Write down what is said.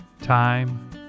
Time